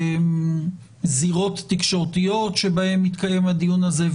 זירות תקשורתיות שבהן מתקיים הדיון הזה,